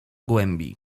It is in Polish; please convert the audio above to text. głębi